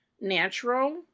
natural